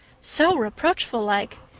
so reproachful-like.